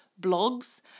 blogs